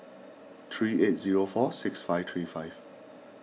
three eight zero four six five three five